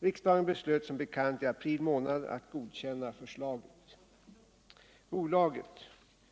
Riksdagen beslöt som bekant i april månad att godkänna förslaget. Bolaget,